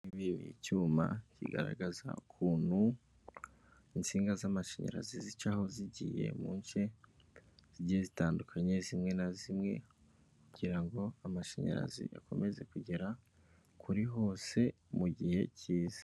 Icyuma kigaragaza ukuntu insinga z'amashanyarazi zicaho zigiye mu nce zigiye zitandukanye zimwe na zimwe kugira ngo amashanyarazi akomeze kugera kuri hose mu gihe kiyiza.